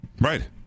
Right